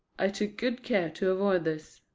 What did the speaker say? i took good care to avoid this.